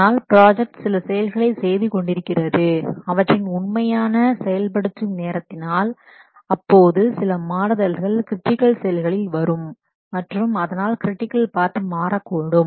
ஆனால் ப்ராஜெக்ட் சில செயல்களை செய்து கொண்டிருக்கிறது அவற்றின் உண்மையான செயல்படுத்தும் நேரத்தினால் அப்போது சில மாறுதல்கள் கிரிட்டிக்கல் செயல்களின் வரும் மற்றும் அதனால் கிரிட்டிக்கல் பாத் மாறக்கூடும்